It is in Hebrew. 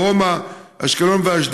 שהייתה לו רציפות מהממשלה הקודמת,